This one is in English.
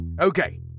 Okay